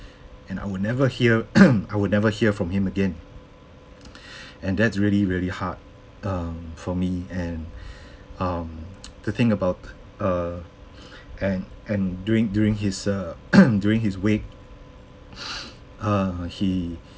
and I would never hear I would never hear from him again and that's really really hard um for me and um to think about err and and during during his uh during his wake uh he